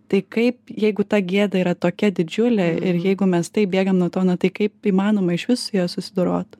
tai kaip jeigu ta gėda yra tokia didžiulė ir jeigu mes taip bėgam nuo to na tai kaip įmanoma išvis su ja susidorot